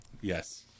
Yes